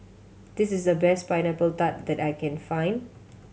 this is the best Pineapple Tart that I can find